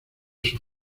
sus